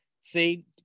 See